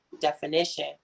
definition